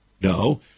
No